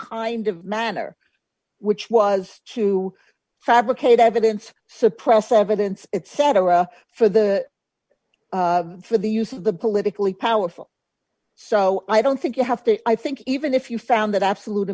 kind of manner which was to fabricate evidence suppress evidence etc for the for the use of the politically powerful so i don't think you have to i think even if you found that absolute